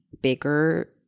bigger